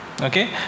okay